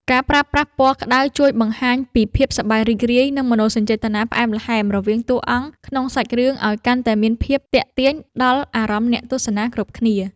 ការប្រើប្រាស់ពណ៌ក្ដៅជួយបង្ហាញពីភាពសប្បាយរីករាយ និង មនោសញ្ចេតនាផ្អែមល្ហែមរវាងតួអង្គក្នុងសាច់រឿងឱ្យកាន់តែមានភាពទាក់ទាញដល់អារម្មណ៍អ្នកទស្សនាគ្រប់គ្នា។